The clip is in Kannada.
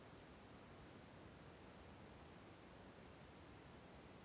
ಫಿಕ್ಸೆಡ್ ಅಕೌಂಟ್ ನಾಲ್ಕು ವರ್ಷಕ್ಕ ಬಡ್ಡಿ ಎಷ್ಟು ಪರ್ಸೆಂಟ್ ಆಗ್ತದ?